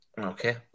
Okay